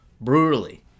brutally